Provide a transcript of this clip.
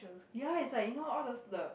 ya is like you know all those the